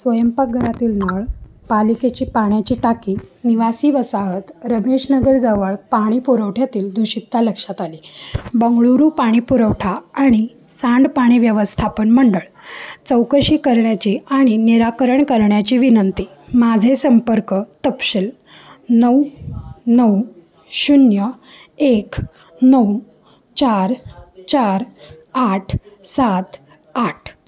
स्वयंपाकघरातील नळ पालिकेची पाण्याची टाकी निवासी वसाहत रमेशनगरजवळ पाणी पुरवठ्यातील दूषितता लक्षात आली बंगळूरू पाणी पुरवठा आणि सांडपाणी व्यवस्थापन मंडळ चौकशी करण्याची आणि निराकरण करण्याची विनंती माझे संपर्क तपशील नऊ नऊ शून्य एक नऊ चार चार आठ सात आठ